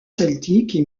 celtiques